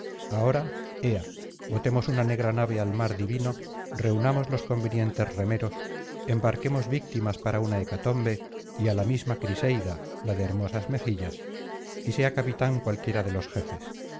ahora ea botemos una negra nave al mar divino reunamos los convenientes remeros embarquemos víctimas para una hecatombe y á la misma criseida la de hermosas mejillas y sea capitán cualquiera de los jefes